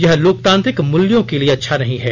यह लोकतांत्रिक मूल्यों के लिए अच्छा नहीं है